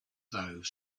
though